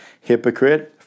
Hypocrite